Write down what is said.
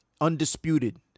undisputed